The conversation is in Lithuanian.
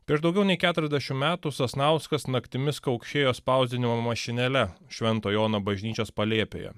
prieš daugiau nei keturiasdešim metų sasnauskas naktimis kaukšėjo spausdinimo mašinėle švento jono bažnyčios palėpėje